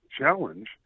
challenge